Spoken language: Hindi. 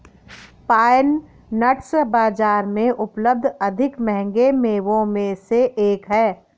पाइन नट्स बाजार में उपलब्ध अधिक महंगे मेवों में से एक हैं